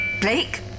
Blake